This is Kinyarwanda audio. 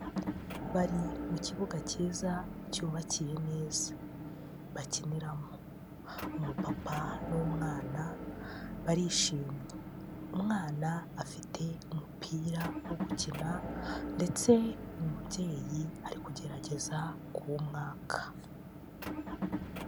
Bari mu kibuga cyiza cyubakiye neza, bakiniramo umupapa n'umwana barishimye, umwana afite umupira wo gukina ndetse umubyeyi ari kugerageza kuwumwaka.